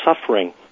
suffering